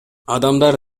адамдар